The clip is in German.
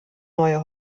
neue